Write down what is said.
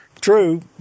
true